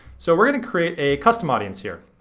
so we're gonna create a custom audience here.